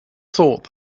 thought